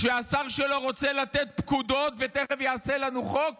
כשהשר שלו רוצה לתת פקודות ותכף יעשה לנו חוק